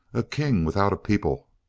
a king without a people.